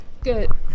Good